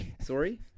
Sorry